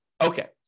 Okay